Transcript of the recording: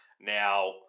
Now